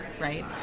right